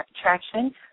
attraction